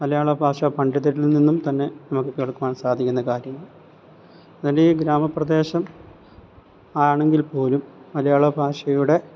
മലയാളഭാഷാ പണ്ഡിതരിൽനിന്നും തന്നെ നമുക്ക് കേൾക്കുവാൻ സാധിക്കുന്ന കാര്യമാണ് നല്ല ഈ ഗ്രാമപ്രദേശം ആണെങ്കിൽപ്പോലും മലയാളഭാഷയുടെ